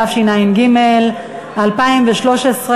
התשע"ג 2013,